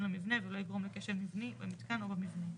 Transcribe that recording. למבנה ולא יגרום לכשל מבני במיתקן או במבנה.